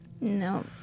No